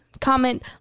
comment